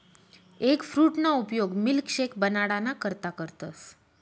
एगफ्रूटना उपयोग मिल्कशेक बनाडाना करता करतस